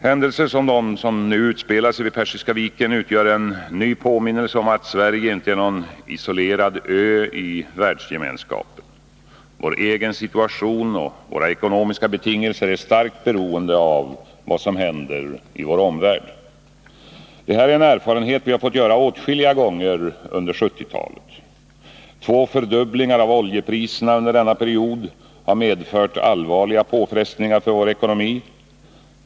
Händelser som den som nu utspelar sig vid Pe iska viken utgör en ny påminnelse om att Sverige inte är någon isolerad ö i världsgemenskapen. Vår egen situation och våra ekonomiska betingelser är starkt beroende av vad som händer i vår omvärld. Det är en erfarenhet vi fått göra åtskilliga gånger under 1970-talet. Två fördubblingar av oljepriserna under denna period har medfört allvarliga påfrestningar för vår ekonomi.